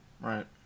Right